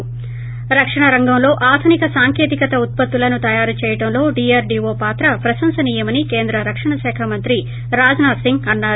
ి రక్షణ రంగంలో ఆధునిక సాంకేతికత ఉత్పత్తులను తయారు చేయడంలో డీఆర్డీఓ పాత్ర ప్రశంసనీయమని కేంద్ర రక్షణ శాఖ మంత్రి రాజ్నాథ్ సింగ్ అన్నా రు